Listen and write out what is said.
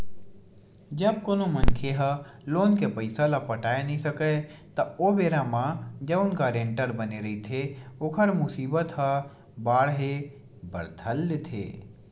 जब कोनो मनखे ह लोन के पइसा ल पटाय नइ सकय त ओ बेरा म जउन गारेंटर बने रहिथे ओखर मुसीबत ह बाड़हे बर धर लेथे